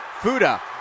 Fuda